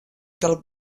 del